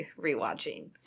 rewatching